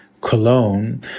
Cologne